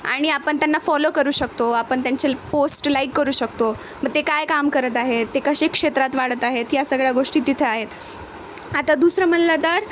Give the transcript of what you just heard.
आणि आपण त्यांना फॉलो करू शकतो आपण त्यांचे पोस्ट लाईक करू शकतो मग ते काय काम करत आहेत ते कसे क्षेत्रात वाढत आहेत ह्या सगळ्या गोष्टी तिथे आहेत आता दुसरं म्हटलं तर